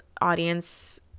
audience